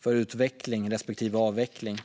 för utveckling respektive avveckling.